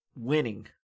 Winning